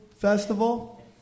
Festival